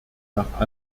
nach